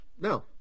No